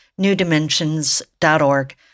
newdimensions.org